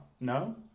No